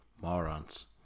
Morons